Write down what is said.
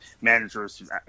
managers